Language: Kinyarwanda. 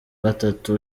gatatu